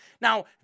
Now